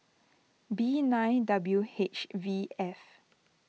B nine W H V F